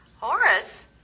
Horace